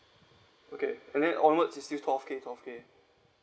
okay and then onwards is still four K four K